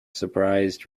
surprised